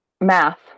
math